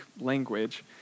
language